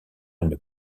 une